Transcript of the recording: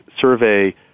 survey